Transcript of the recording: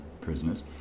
prisoners